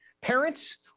parents